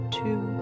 two